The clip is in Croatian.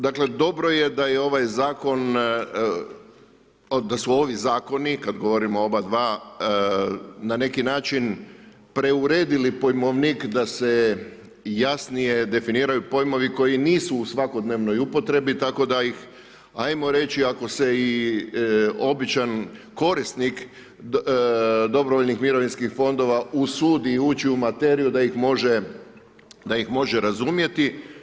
Dakle dobro je da je ovaj zakon, da su ovi zakoni kada govorimo o oba dva na neki način preuredili pojmovnik da se jasnije definiraju pojmovi koji nisu u svakodnevnoj upotrebi tako da ih ajmo reći ako se i običan korisnik dobrovoljnih mirovinskih fondova usudi ući u materiju da ih može razumjeti.